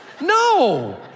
No